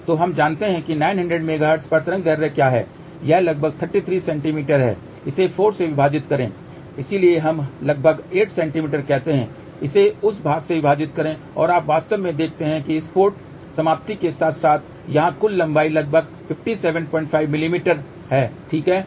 तो हम जानते हैं कि 900 मेगाहर्ट्ज पर तरंग दैर्ध्य क्या है यह लगभग 33 सेमी है इसे 4 से विभाजित करें इसलिए हम लगभग 8 सेमी कहते हैं इसे उस भाग से विभाजित करें और आप वास्तव में देखते हैं कि इस पोर्ट समाप्ति के साथ साथ यहां कुल लंबाई लगभग 575 मिमी ठीक है